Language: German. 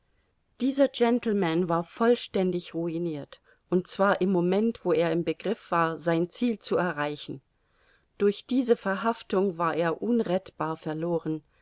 dieser gentleman war vollständig ruinirt und zwar im moment wo er im begriff war sein ziel zu erreichen durch diese verhaftung war er unrettbar verloren